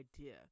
idea